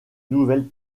nouvelles